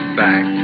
back